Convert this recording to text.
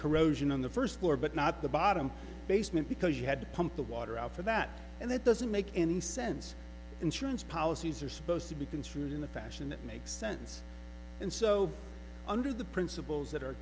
corrosion on the first floor but not the bottom basement because you had to pump the water out for that and that doesn't make any sense insurance policies are supposed to be construed in a fashion that makes sense and so under the principles that ar